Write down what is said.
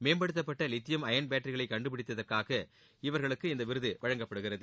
மேம்படுத்தப்பட்ட lithium ion பேட்டரிகளை கண்டுபிடித்தற்காக இவர்களுக்கு இந்த விருது வழங்கப்படுகிறது